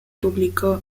publicó